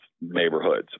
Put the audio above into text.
neighborhoods